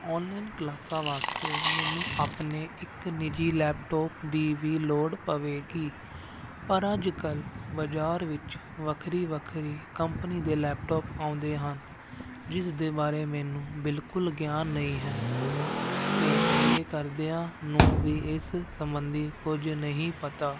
online ਕਲਾਸਾਂ ਵਾਸਤੇ ਮੈਨੂੰ ਆਪਣੇ ਇੱਕ ਨਿਜੀ ਲੈਪਟੋਪ ਦੀ ਵੀ ਲੋੜ ਪਵੇਗੀ ਪਰ ਅੱਜ ਕੱਲ੍ਹ ਬਾਜ਼ਾਰ ਵਿੱਚ ਵੱਖਰੀ ਵੱਖਰੀ ਕੰਪਨੀ ਦੇ ਲੈਪਟੋਪ ਆਉਂਦੇ ਹਨ ਜਿਸ ਦੇ ਬਾਰੇ ਮੈਨੂੰ ਬਿਲਕੁਲ ਗਿਆਨ ਨਹੀਂ ਹੈ ਅਤੇ ਮੇਰੇ ਕਰਦਿਆਂ ਨੂੰ ਵੀ ਇਸ ਸੰਬੰਧੀ ਕੁਝ ਨਹੀਂ ਪਤਾ